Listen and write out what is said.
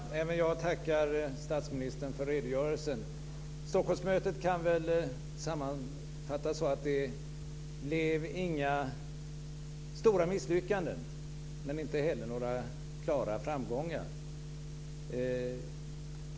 Fru talman! Även jag tackar statsministern för redogörelsen. Stockholmsmötet kan sammanfattas med att det inte blev några stora misslyckanden men inte heller några klara framgångar.